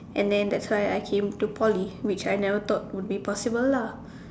and then that's why I came to Poly which I never thought would be possible lah